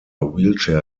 wheelchair